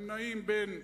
הם נעים בין,